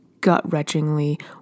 gut-wrenchingly